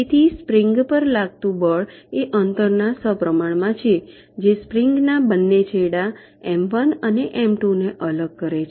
તેથી સ્પ્રિંગ પર લાગતું બળ એ અંતરના સપ્રમાણમાં છે જે સ્પ્રિંગ ના બંને છેડા એમ 1 અને એમ 2 ને અલગ કરે છે